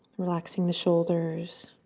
relaxing the shoulders,